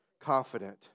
Confident